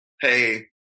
hey